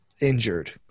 injured